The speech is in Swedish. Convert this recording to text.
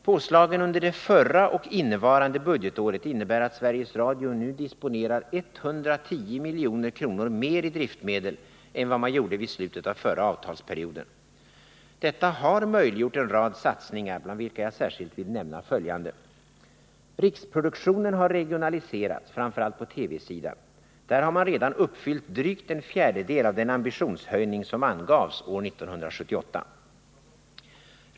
Påslagen under det förra och det innevarande budgetåret innebär att Sveriges Radio nu disponerar 110 milj.kr. mer i driftmedel än vad man gjorde vid slutet av förra avtalsperioden. Detta har möjliggjort en rad satsningar, bland vilka jag särskilt vill nämna följande: Riksproduktionen har regionaliserats, framför allt på TV-sidan. Där har man redan uppfyllt drygt en fjärdedel av den ambitionshöjning som angavs år 1978.